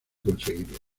conseguirlo